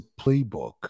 playbook